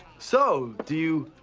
so do you.